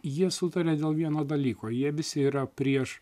jie sutaria dėl vieno dalyko jie visi yra prieš